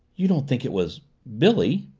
you don't think it was billy?